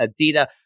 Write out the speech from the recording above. Adida